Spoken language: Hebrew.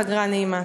פגרה נעימה.